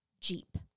Jeep